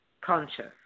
conscious